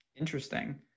Interesting